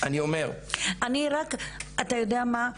אתה יודע מה?